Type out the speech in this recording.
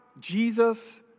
Jesus